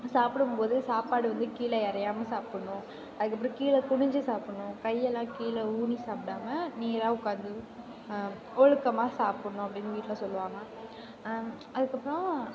சாப்பிடும்போதும் சாப்பாடு வந்து கீழே இறையாம சாப்பிடுணும் அதுக்கப்புறோம் கீழே குனிஞ்சு சாப்பிடுணும் கையெல்லாம் கீழே ஊனி சாப்பிடாம நேராக உக்காந்து ஒழுக்கமாக சாப்பிடுணும் அப்படின்னு வீட்டில் சொல்வாங்க அதுக்கப்புறோம்